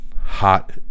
Hot